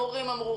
המורים אמרו,